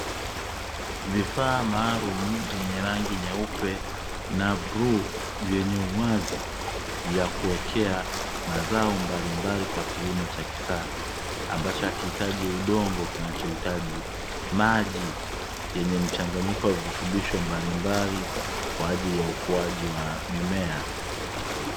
Vifaa maalum vyenye rangi nyeupe na bluu vyenye uwazi vya kuwekea mazao mbalimbali kwa kilimo cha kisasa, ambacho hakihitaji udongo kinachohitaji maji yenye mchanganyiko wa virutubisho mbalimbali kwa ajili ya ukuaji wa mimea.